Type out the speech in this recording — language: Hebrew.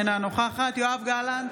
אינה נוכחת יואב גלנט,